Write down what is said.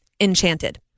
Enchanted